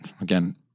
again